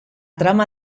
trama